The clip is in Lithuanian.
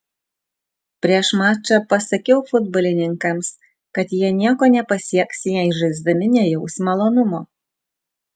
prieš mačą pasakiau futbolininkams kad jie nieko nepasieks jei žaisdami nejaus malonumo